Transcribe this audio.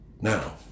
now